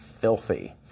filthy